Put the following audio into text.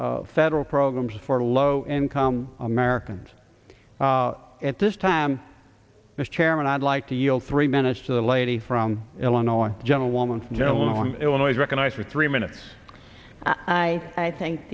of federal programs for low income americans at this time mr chairman i'd like to yield three minutes to the lady from illinois gentlewoman from illinois recognized for three minutes i i think